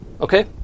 Okay